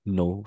no